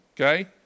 Okay